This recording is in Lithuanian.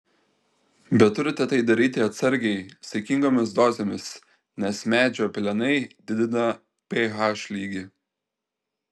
bet turite tai daryti atsargiai saikingomis dozėmis nes medžio pelenai didina ph lygį